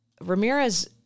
Ramirez